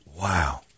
Wow